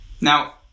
Now